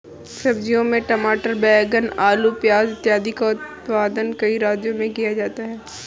सब्जियों में टमाटर, बैंगन, आलू, प्याज इत्यादि का उत्पादन कई राज्यों में किया जाता है